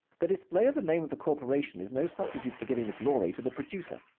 the display of the name of the corporation is no substitute for giving the glory to the producer.